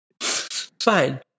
Fine